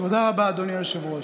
תודה רבה, אדוני היושב-ראש.